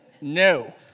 No